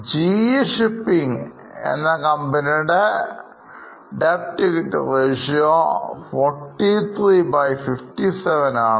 GE shipping എന്ന കമ്പനിക്ക് Debt equity ratio 4357 ആണ്